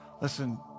Listen